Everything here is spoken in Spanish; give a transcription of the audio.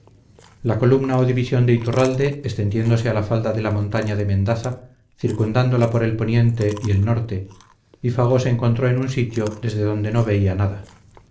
la columna o división de iturralde extendiose a la falda de la montaña de mendaza circundándola por el poniente y el norte y fago se encontró en un sitio desde donde no veía nada